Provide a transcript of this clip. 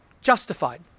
justified